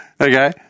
Okay